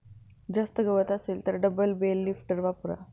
जास्त गवत असेल तर डबल बेल लिफ्टर वापरा